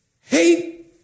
Hate